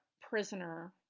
prisoner